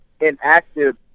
inactive